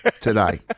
today